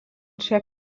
šią